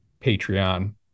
patreon